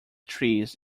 trees